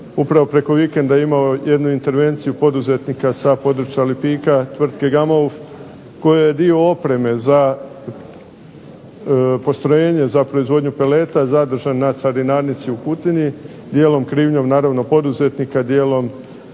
upravo preko vikenda imao jednu intervenciju poduzetnika sa područja Lipika tvrtke Gamauf, koja je dio opreme za postrojenje za proizvodnju peleta zadržan na carinarnici u Kutini, dijelom krivnjom naravno poduzetnika, dijelom